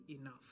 enough